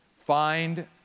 Find